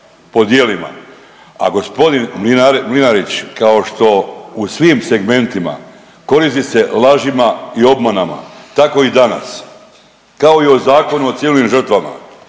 A g. Mlinarić kao što u svim segmentima koristi se lažima i obmanama tako i danas, kao i o Zakonu o civilnim žrtvama,